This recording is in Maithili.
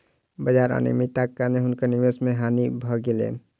बाजार अनियमित्ताक कारणेँ हुनका निवेश मे हानि भ गेलैन